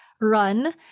run